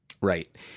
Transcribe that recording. Right